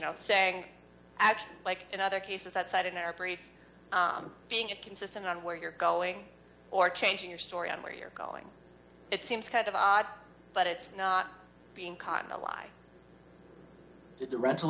know saying actually like in other cases that side in our brief being consistent on where you're going or changing your story on where you're going it seems kind of odd but it's not being caught in a lie it's a rental